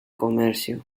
comercio